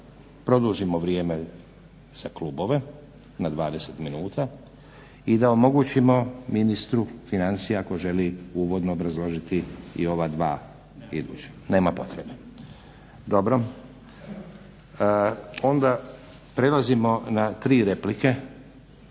produžimo vrijeme za klubove na 20 minuta i da omogućimo ministru financija ako želi uvodno obrazložiti i ova dva iduća. … /Upadica se ne razumije./…